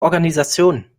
organisation